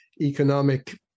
economic